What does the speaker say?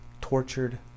tortured